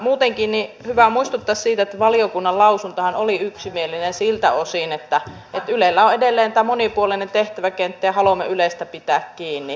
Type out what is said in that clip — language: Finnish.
muutenkin on hyvä muistuttaa siitä että valiokunnan lausuntohan oli yksimielinen siltä osin että ylellä on edelleen tämä monipuolinen tehtäväkenttä ja haluamme ylestä pitää kiinni